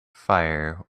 fire